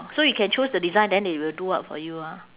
so you can choose the design then they will do up for you lah